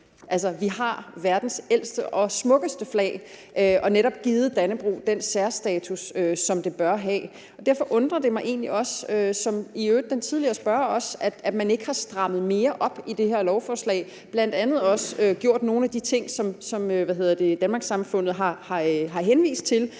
altså, vi har verdens ældste og smukkeste flag – givet Dannebrog den særstatus, som det bør have. Derfor undrer det mig egentlig ligesom i øvrigt også den tidligere spørger, at man ikke har strammet mere op i det her lovforslag og bl.a. også gjort nogle af de ting, som Danmarkssamfundet har henvist til.